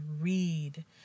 read